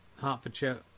Hertfordshire